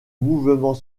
mouvement